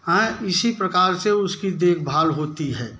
हैंय इसी प्रकार से उसकी देख भाल होती है